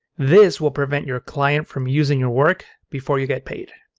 this will prevent your client from using your work before you get paid.